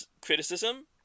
criticism